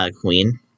queen